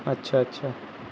اچھا اچھا